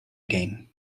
game